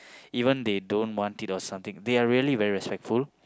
even they don't want it or something they are really very respectful